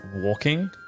walking